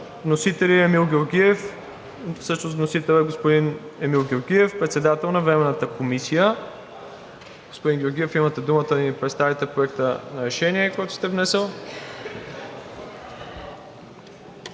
представител Емил Георгиев – председател на Временната комисия. Господин Георгиев, имате думата да представите Проекта на решение, който сте внесъл.